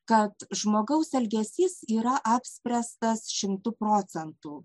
kad žmogaus elgesys yra apspręstas šimtu procentų